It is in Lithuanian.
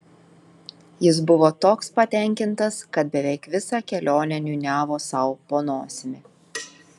jis buvo toks patenkintas kad beveik visą kelionę niūniavo sau po nosimi